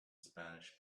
spanish